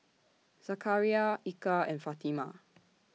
Zakaria Eka and Fatimah